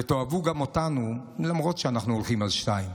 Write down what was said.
ותאהבו גם אותנו, למרות שאנחנו הולכים על שתיים.